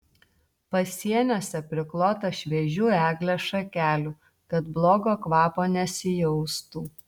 pasieniuose priklota šviežių eglės šakelių kad blogo kvapo nesijaustų